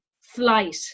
flight